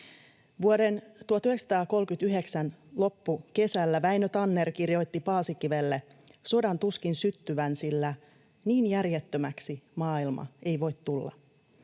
Vuoden 1939 loppukesällä Väinö Tanner kirjoitti Paasikivelle sodan tuskin syttyvän, sillä ”niin järjettömäksi maailma ei voi tulla”.